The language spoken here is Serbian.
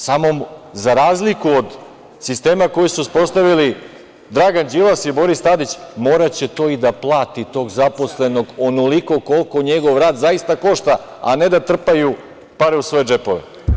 Samo, za razliku od sistema koji su uspostavili Dragan Đilas i Boris Tadić, moraće to i da plati, tog zaposlenog, onoliko koliko njegov rad zaista košta, a ne da trpaju pare u svoje džepove.